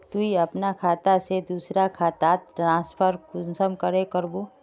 तुई अपना खाता से दूसरा खातात ट्रांसफर कुंसम करे करबो?